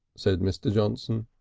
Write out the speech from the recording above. said mr. johnson.